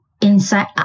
inside